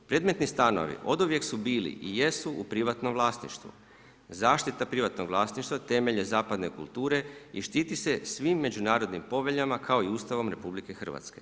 Predmetni stanovi oduvijek su bili i jesu u privatnom vlasništvu, zaštita privatnog vlasništva temelj je zapadne kulture i štiti se svim međunarodnim poveljama kao i Ustavom RH.